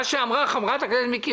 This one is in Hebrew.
מה שאמרה חברת הכנסת מיקי